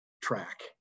track